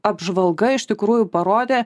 apžvalga iš tikrųjų parodė